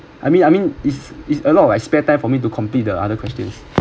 I mean I mean it's it's a lot of like spare time for me to complete the other question